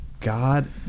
God